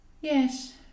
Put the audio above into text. Yes